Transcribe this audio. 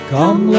Come